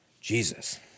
Jesus